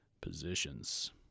positions